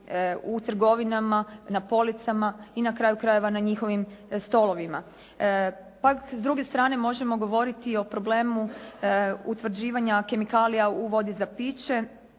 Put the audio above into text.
u trgovinama, na policama i na kraju krajeva na njihovim stolovima. Pak s druge strane možemo govoriti o problemu utvrđivanja kemikalija u vodi za piće.